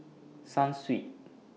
Sunsweet